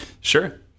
sure